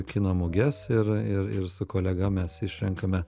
kino muges ir ir su kolega mes išrenkame